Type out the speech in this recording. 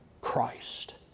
Christ